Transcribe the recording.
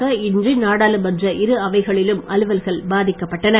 தின்று நாடாளுமன்ற இரு அவைகளிலும் அலுவல்கள் பாதிக்கப் பட்டன